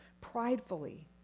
pridefully